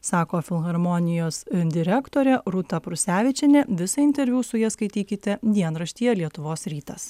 sako filharmonijos direktorė rūta prusevičienė visą interviu su ja skaitykite dienraštyje lietuvos rytas